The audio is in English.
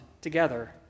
together